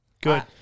Good